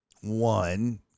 one